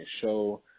show